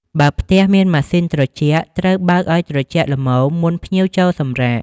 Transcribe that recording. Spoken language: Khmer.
បើផ្ទះមានម៉ាស៊ីនត្រជាក់ ត្រូវបើកឱ្យត្រជាក់ល្មមមុនភ្ញៀវចូលសម្រាក។